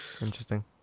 Interesting